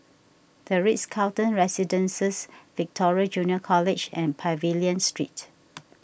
the Ritz Carlton Residences Victoria Junior College and Pavilion Street